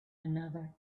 another